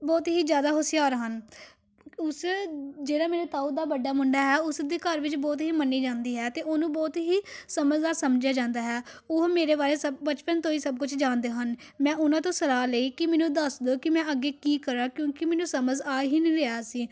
ਬਹੁਤ ਹੀ ਜ਼ਿਆਦਾ ਹੁਸ਼ਿਆਰ ਹਨ ਉਸ ਜਿਹੜਾ ਮੇਰੇ ਤਾਊ ਦਾ ਵੱਡਾ ਮੁੰਡਾ ਹੈ ਉਸ ਦੇ ਘਰ ਵਿੱਚ ਬਹੁਤ ਹੀ ਮੰਨੀ ਜਾਂਦੀ ਹੈ ਅਤੇ ਉਹਨੂੰ ਬਹੁਤ ਹੀ ਸਮਝਦਾਰ ਸਮਝਿਆ ਜਾਂਦਾ ਹੈ ਉਹ ਮੇਰੇ ਬਾਰੇ ਸਭ ਬਚਪਨ ਤੋਂ ਹੀ ਸਭ ਕੁਝ ਜਾਣਦੇ ਹਨ ਮੈਂ ਉਹਨਾਂ ਤੋਂ ਸਲਾਹ ਲਈ ਕਿ ਮੈਨੂੰ ਦੱਸ ਦਿਓ ਕਿ ਮੈਂ ਅੱਗੇ ਕੀ ਕਰਾਂ ਕਿਉਂਕਿ ਮੈਨੂੰ ਸਮਝ ਆ ਹੀ ਨਹੀਂ ਰਿਹਾ ਸੀ